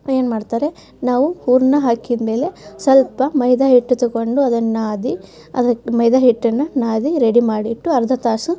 ಏನು ಮಾಡ್ತಾರೆ ನಾವು ಹೂರಣ ಹಾಕಿದ್ಮೇಲೆ ಸ್ವಲ್ಪ ಮೈದಾ ಹಿಟ್ಟು ತೊಗೊಂಡು ಅದನ್ನ ನಾದಿ ಅದಕ್ಕೆ ಮೈದಾ ಹಿಟ್ಟನ್ನು ನಾದಿ ರೆಡಿ ಮಾಡಿ ಇಟ್ಟು ಅರ್ಧ ತಾಸು